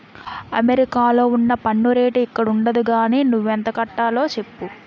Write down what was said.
అమెరికాలో ఉన్న పన్ను రేటు ఇక్కడుండదు గానీ నువ్వెంత కట్టాలో చెప్పు